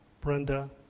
Brenda